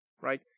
right